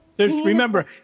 Remember